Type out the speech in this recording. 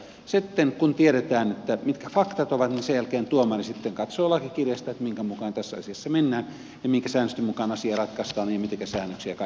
sitten kun tiedetään mitkä faktat ovat niin sen jälkeen tuomari katsoo lakikirjasta minkä mukaan tässä asiassa mennään ja minkä säännösten mukaan asia ratkaistaan ja mitenkä säännöksiä on kaiken kaikkiaan tulkittava